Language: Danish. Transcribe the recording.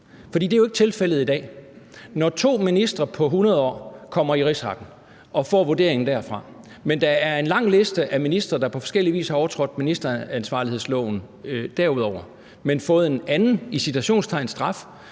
ens? Det er jo ikke tilfældet i dag. På 100 år kommer to ministre i Rigsretten og får vurderingen derfra, men der er en lang liste af ministre, der på forskellig vis har overtrådt ministeransvarlighedsloven derudover, men fået en anden –